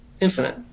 infinite